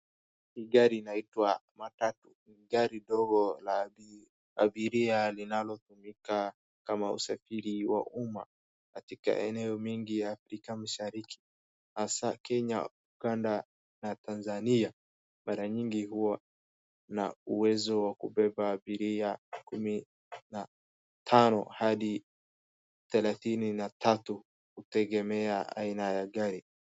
Hii gari inaitwa matatu. Gari ndogo la abiria linalotumika kama usafiri wa uma, katika eneo mingi ya Afrika Mashariki, hasa Kenya, Uganda na Tanzania. Mara nyingi huwa na uwezo wa kubeba abiria kumi na tano hadi thelathini na tatu, kutegemea aina ya gari.